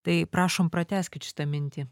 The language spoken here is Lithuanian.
tai prašom pratęskit šitą mintį